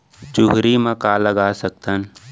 चुहरी म का लगा सकथन?